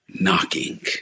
knocking